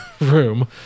room